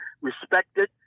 respected